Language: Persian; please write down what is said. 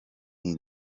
این